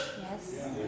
Yes